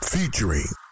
Featuring